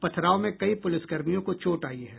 पथराव में कई पुलिसकर्मियों को चोट आयी है